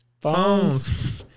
phones